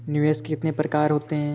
निवेश के कितने प्रकार होते हैं?